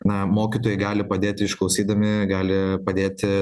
na mokytojai gali padėti išklausydami gali padėti